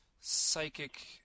psychic